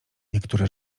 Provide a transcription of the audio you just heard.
niektóre